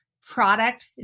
product